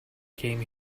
came